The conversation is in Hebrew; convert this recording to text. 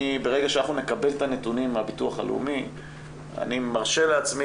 ברגע שאנחנו נקבל את הנתונים מהביטוח הלאומי אני מרשה לעצמי